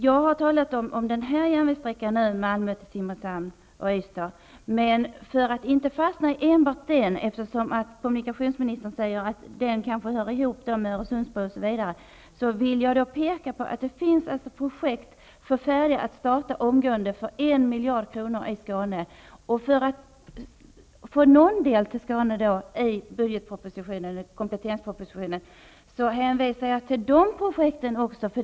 Jag har talat om järnvägssträckan Malmö--Ystad-- Simrishamn, men för att inte fastna vid enbart den, och eftersom kommunikationsministern säger att den kanske hör ihop med Öresundsbron osv., vill jag peka på att det finns projekt för 1 miljard kronor i Skåne som är färdiga att starta omgående. För att någon del till Skåne skall tas med i kompletteringspropositionen, hänvisar jag även till dessa projekt.